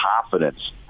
confidence